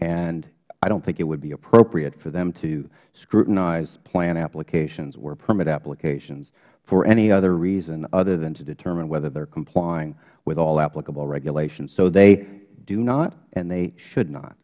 and i don't think it would be appropriate for them to scrutinize the plan applications or permit applications for any other reason other than to determine whether they are complying with all applicable regulations so they do not and they should not